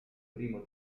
primo